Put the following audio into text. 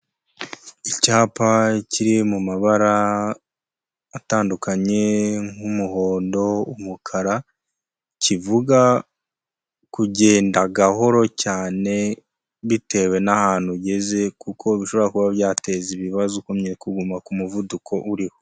Icyapa kiri mu mabara atandukanye nk'umuhondo, umukara, kivuga kugenda gahoro cyane bitewe n'ahantu ugeze kuko bishobora kuba byateza ibibazo ugumye kuguma ku muvuduko uriho.